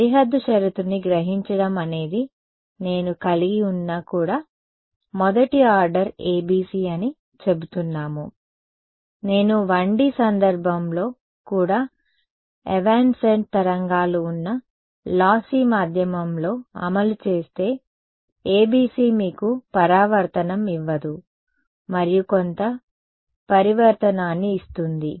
సరిహద్దు షరతుని గ్రహించడం అనేది నేను కలిగి ఉన్నా కూడా మొదటి ఆర్డర్ ABC అని చెబుతున్నాము నేను 1D సందర్భంలో కూడా ఎవాన్సెంట్ తరంగాలు ఉన్న లాస్సి మాధ్యమంలో అమలు చేస్తే ABC మీకు పరావర్తనం ఇవ్వదు మరియు కొంత పరివర్తనాన్ని ఇస్తుంది